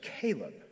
Caleb